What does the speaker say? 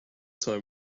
time